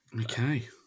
Okay